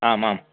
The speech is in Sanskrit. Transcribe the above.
आम् आम्